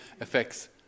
affects